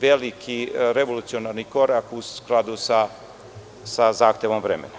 veliki revolucionarni korak u skladu sa zahtevom vremena.